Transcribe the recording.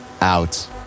out